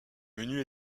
menu